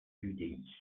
l’udi